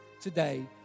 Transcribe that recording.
today